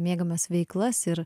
mėgiamas veiklas ir